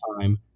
Time